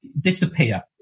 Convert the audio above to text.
disappear